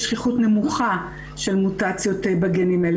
שכיחות נמוכה של מוטציות בגנים האלה,